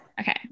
Okay